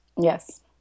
Yes